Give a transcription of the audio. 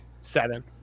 seven